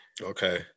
Okay